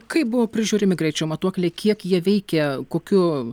kaip buvo prižiūrimi greičio matuokliai kiek jie veikia kokiu